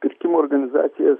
pirkimo organizacijas